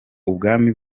ubwami